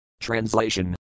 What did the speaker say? Translation